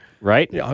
Right